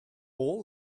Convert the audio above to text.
all